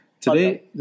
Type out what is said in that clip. Today